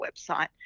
website